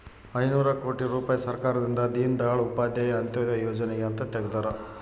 ಐನೂರ ಕೋಟಿ ರುಪಾಯಿ ಸರ್ಕಾರದಿಂದ ದೀನ್ ದಯಾಳ್ ಉಪಾಧ್ಯಾಯ ಅಂತ್ಯೋದಯ ಯೋಜನೆಗೆ ಅಂತ ತೆಗ್ದಾರ